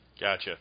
Gotcha